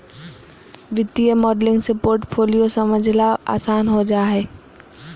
वित्तीय मॉडलिंग से पोर्टफोलियो समझला आसान हो जा हय